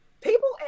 People